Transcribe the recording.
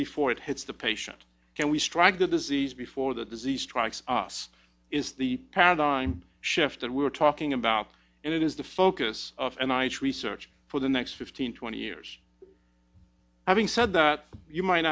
before it hits the patient can we strike the disease before the disease strikes us is the paradigm shift that we're talking about and it is the focus of and i research for the next fifteen twenty years having said that you might